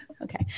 Okay